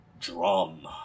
drum